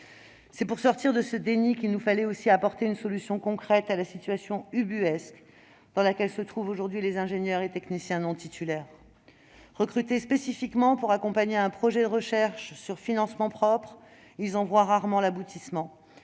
C'est pour sortir de ce déni qu'il nous fallait aussi apporter une solution concrète à la situation ubuesque dans laquelle se trouvent aujourd'hui les ingénieurs et techniciens non titulaires. Recrutés spécifiquement pour accompagner un projet de recherche sur financements propres, ils en voient rarement l'aboutissement,